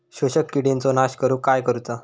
शोषक किडींचो नाश करूक काय करुचा?